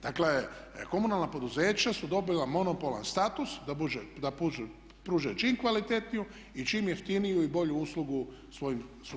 Dakle komunalna poduzeća su dobila monopolan status da pruže čim kvalitetniju i čim jeftiniju i bolju uslugu svojim sugrađanima.